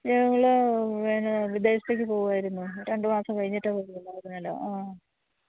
ഞങ്ങൾ എന്നാ വിദേശത്തേക്ക് പോകുകയായിരുന്നു രണ്ട് മാസം കഴിഞ്ഞിട്ടേ വരികയുള്ളായിരുന്നല്ലോ ആ